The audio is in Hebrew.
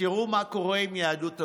תראו מה קורה עם יהדות העולם: